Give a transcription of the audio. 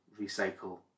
recycle